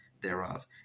thereof